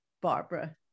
Barbara